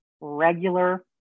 regular